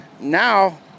Now